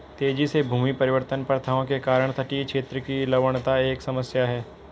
तेजी से भूमि परिवर्तन प्रथाओं के कारण तटीय क्षेत्र की लवणता एक समस्या है